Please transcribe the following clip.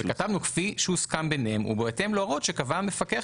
וכתבנו "כפי שהוסכם ביניהם ובהתאם להוראות שקבע המפקח